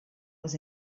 was